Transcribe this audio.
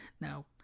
Now